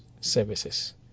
services